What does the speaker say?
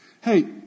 Hey